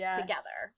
together